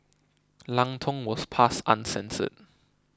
Lang Tong was passed uncensored